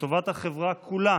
לטובת החברה כולה